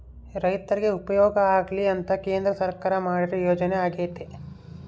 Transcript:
ರೈರ್ತಿಗೆ ಉಪಯೋಗ ಆಗ್ಲಿ ಅಂತ ಕೇಂದ್ರ ಸರ್ಕಾರ ಮಾಡಿರೊ ಯೋಜನೆ ಅಗ್ಯತೆ